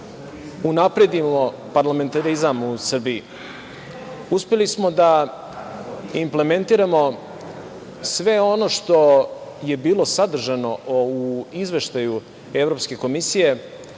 unapredimo parlamentarizam u Srbiji. Uspeli smo da implementiramo sve ono što je bilo sadržano u Izveštaju Evropske komisije,